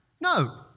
No